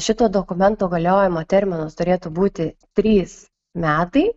šito dokumento galiojimo terminas turėtų būti trys metai